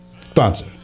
sponsor